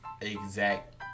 exact